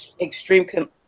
extreme